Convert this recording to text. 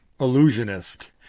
illusionist